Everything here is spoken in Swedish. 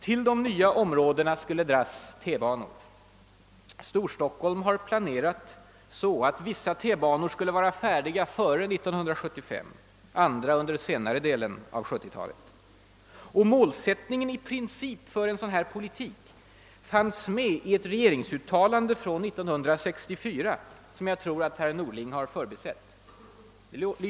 Till flera av de nya områdena skulle dras T-banor: Storstockholm har planerat så att vissa T-banor skulle vara färdiga före 1975, andra under senare delen av 1970-talet. Målsättningen i princip för en sådan här politik fanns med i ett regeringsuttalande från 1964, som jag tror att herr Norling har förbisett.